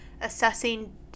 assessing